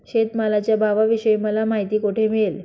शेतमालाच्या भावाविषयी मला माहिती कोठे मिळेल?